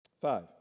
Five